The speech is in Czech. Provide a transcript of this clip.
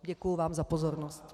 Děkuji vám za pozornost.